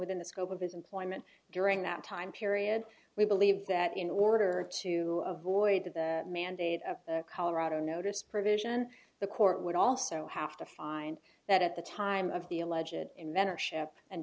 within the scope of his employment during that time period we believe that in order to avoid the mandate of colorado notice provision the court would also have to find that at the time of the a legend in mentorship and